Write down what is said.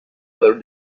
other